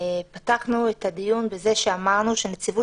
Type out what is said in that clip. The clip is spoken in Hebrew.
פתחנו את הדיון בזה שאמרנו שנציבות